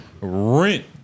Rent